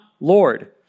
Lord